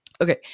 Okay